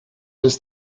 ist